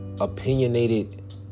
opinionated